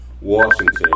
Washington